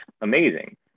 amazing